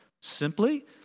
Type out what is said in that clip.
simply